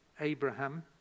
Abraham